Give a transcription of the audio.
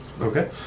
Okay